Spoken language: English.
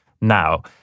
now